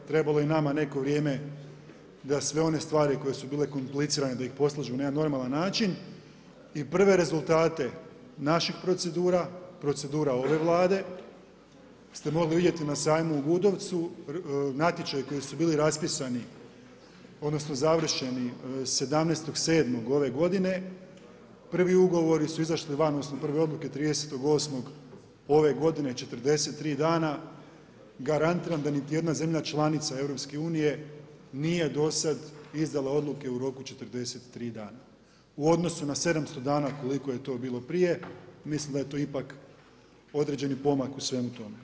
Trebalo je nama neko vrijeme da sve one stvari koje su bile komplicirane da ih poslažemo na jedan normalan način i prve rezultate naših procedura, procedura ove Vlade ste mogli vidjeti na sajmu u Gudovcu, natječaji koji su bili raspisani, odnosno završeni 17.07. ove godine, prvi ugovori su izašli van, odnosno prve odluke 30.08. ove godine, 43 dana, garantiram da niti jedna zemlja članica EU nije do sada izdala odluke u roku od 43 dana u odnosu na 700 dana koliko je to bilo prije mislim da je to ipak određeni pomak u svemu tome.